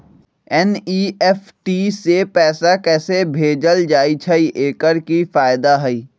NEFT से पैसा कैसे भेजल जाइछइ? एकर की फायदा हई?